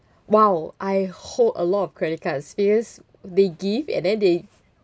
!wow! I hold a lot of credit card because they give and then they